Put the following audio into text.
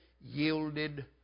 yielded